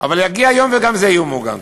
אבל יגיע יום וגם זה יהיה מעוגן.